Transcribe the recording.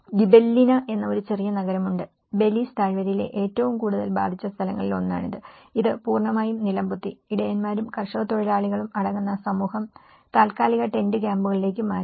Gibellina എന്ന ഒരു ചെറിയ നഗരമുണ്ട് ബെലീസ് താഴ്വരയിലെ ഏറ്റവും കൂടുതൽ ബാധിച്ച സ്ഥലങ്ങളിൽ ഒന്നാണിത് ഇത് പൂർണ്ണമായും നിലംപൊത്തി ഇടയന്മാരും കർഷകത്തൊഴിലാളികളും അടങ്ങുന്ന സമൂഹം താൽക്കാലിക ടെന്റ് ക്യാമ്പുകളിലേക്ക് മാറ്റി